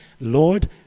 Lord